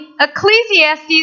Ecclesiastes